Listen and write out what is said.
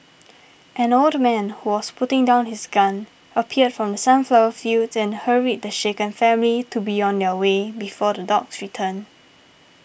an old man who was putting down his gun appeared from the sunflower fields and hurried the shaken family to be on their way before the dogs return